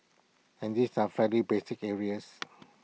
and these are fairly basic areas